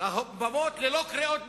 במות ללא קריאות ביניים,